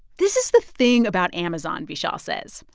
this is the thing about amazon, vishal says.